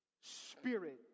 spirit